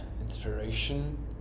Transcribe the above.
inspiration